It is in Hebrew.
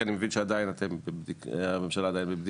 אנחנו נעשה גם ישיבה מסכמת.